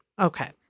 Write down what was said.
okay